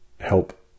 help